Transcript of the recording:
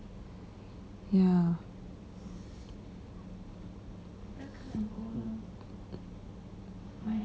ya